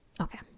Okay